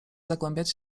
zagłębiać